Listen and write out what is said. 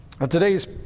Today's